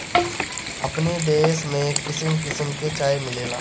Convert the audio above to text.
अपनी देश में किसिम किसिम के चाय मिलेला